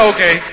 Okay